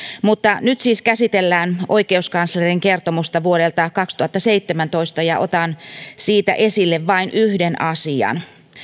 mutta nyt siis käsitellään oikeuskanslerin kertomusta vuodelta kaksituhattaseitsemäntoista ja otan siitä esille vain yhden asian